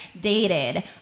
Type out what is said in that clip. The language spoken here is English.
dated